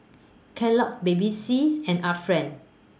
Kellogg's Baby says and Art Friend